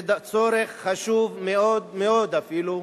זה צורך חשוב מאוד מאוד אפילו,